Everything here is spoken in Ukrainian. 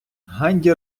ганді